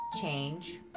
change